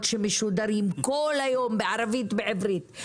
שמשודרות כל היום בערבית ועברית.